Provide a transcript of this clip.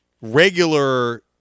regular